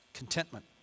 Contentment